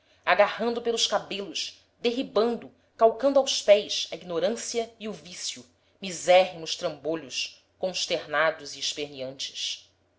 agarrando pelos cabelos derribando calcando aos pés a ignorância e o vício misérrimos trambolhos consternados e esperneantes